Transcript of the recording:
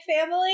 family